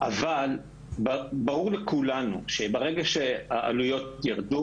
אבל ברור לכולנו שברגע שהעלויות ירדו